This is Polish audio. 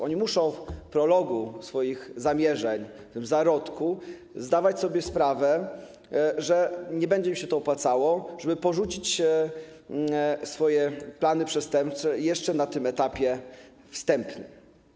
Oni muszą w prologu swoich zamierzeń, w tym zarodku zdawać sobie sprawę, że nie będzie im się to opłacało, żeby porzucić swoje plany przestępcze jeszcze na tym etapie wstępnym.